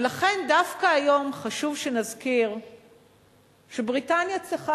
ולכן דווקא היום חשוב שנזכיר שבריטניה צריכה